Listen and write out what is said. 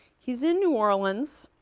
he's in new orleans,